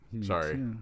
Sorry